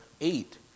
eight